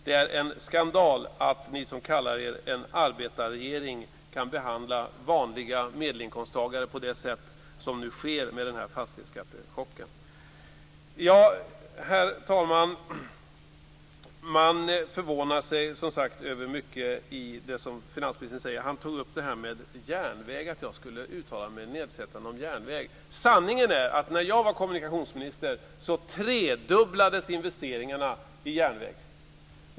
Det är en skandal att ni, som kallar er en arbetarregering, kan behandla vanliga medelinkomsttagare på det sätt som nu sker genom den här fastighetsskattechocken. Herr talman! Man förvånar sig som sagt över mycket av det som finansministern säger. Han påstod att jag skulle ha uttalat mig nedsättande om järnvägar. Sanningen är att när jag var kommunikationsminister tredubblades investeringarna i järnvägar.